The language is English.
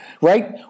right